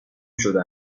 شده